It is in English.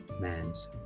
man's